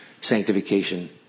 sanctification